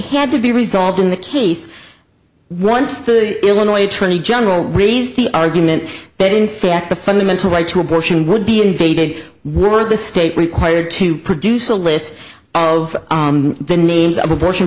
had to be resolved in the case once the illinois attorney general raised the argument that in fact the fundamental right to abortion would be invaded were the state required to produce a list of the names of abortion